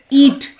Eat